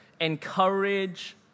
Encourage